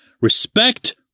Respect